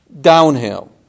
downhill